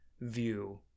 view